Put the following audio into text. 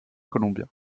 colombien